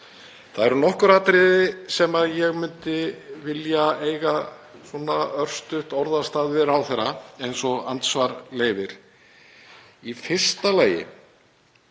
Það eru nokkur atriði sem ég myndi vilja eiga örstutt orðastað um við ráðherra eins og andsvar leyfir. Í fyrsta lagi